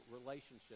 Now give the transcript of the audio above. relationship